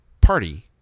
party